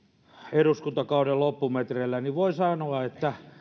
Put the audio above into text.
eduskuntakauden loppumetreillä niin voi sanoa että